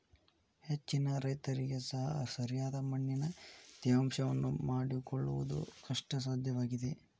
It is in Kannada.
ಹೆಚ್ಚಿನ ರೈತರಿಗೆ ಸರಿಯಾದ ಮಣ್ಣಿನ ತೇವಾಂಶವನ್ನು ಮಾಡಿಕೊಳ್ಳವುದು ಕಷ್ಟಸಾಧ್ಯವಾಗಿದೆ